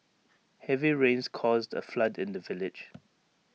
heavy rains caused A flood in the village